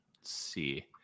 see